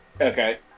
okay